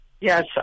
Yes